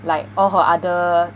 like all her other